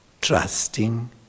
Trusting